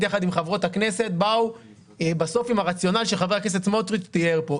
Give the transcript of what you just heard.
יחד עם חברות הכנסת באו בסוף עם הרציונל שחבר הכנסת סמוטריץ' תיאר כאן.